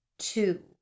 two